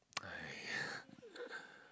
!aiya!